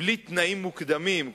בלי תנאים מוקדמים,